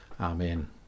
Amen